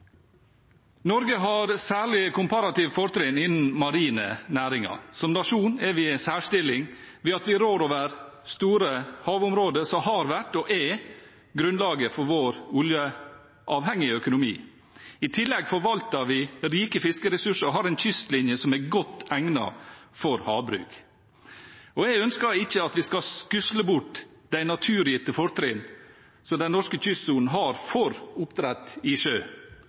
Norge har særlige komparative fortrinn innen marine næringer. Som nasjon er vi i en særstilling ved at vi rår over store havområder som har vært – og er – grunnlaget for vår oljeavhengige økonomi. I tillegg forvalter vi rike fiskeressurser og har en kystlinje som er godt egnet for havbruk. Jeg ønsker ikke at vi skal skusle bort de naturgitte fortrinn som den norske kystsonen har for oppdrett i sjø,